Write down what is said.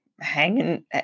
hanging